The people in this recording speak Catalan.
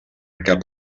cap